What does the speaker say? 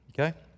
Okay